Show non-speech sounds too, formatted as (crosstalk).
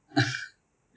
(laughs)